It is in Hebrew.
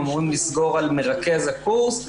אנחנו אמורים לסגור על מרכז הקורס.